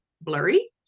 blurry